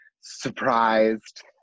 surprised